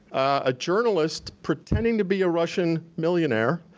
a journalist pretending to be a russian millionaire,